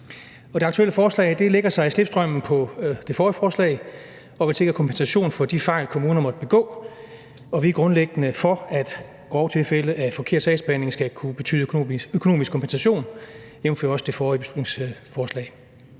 Det aktuelle forslag lægger sig i slipstrømmen af det forrige forslag om at sikre en kompensation for de fejl, som kommuner måtte begå, og vi er grundlæggende for, at grove tilfælde af forkert sagsbehandling skal kunne betyde en økonomisk kompensation, jævnfør også det forrige beslutningsforslag.